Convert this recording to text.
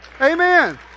Amen